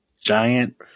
giant